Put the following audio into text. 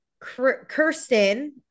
Kirsten